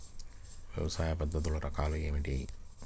వ్యవసాయ పద్ధతులు రకాలు ఏమిటి?